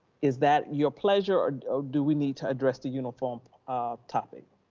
is that your pleasure or do we need to address the uniform topic?